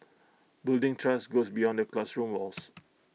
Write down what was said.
building trust goes beyond the classroom walls